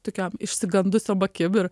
tokiom išsigandusiom akim ir